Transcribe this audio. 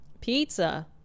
Pizza